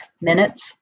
minutes